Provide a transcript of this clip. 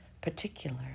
particular